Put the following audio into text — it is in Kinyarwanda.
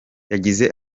yagize